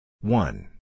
One